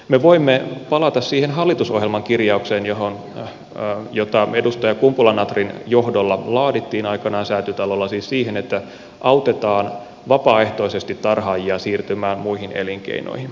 me voimme palata siihen hallitusohjelman kirjaukseen jota edustaja kumpula natrin johdolla laadittiin aikanaan säätytalolla siis siihen että autetaan vapaaehtoisesti tarhaajia siirtymään muihin elinkeinoihin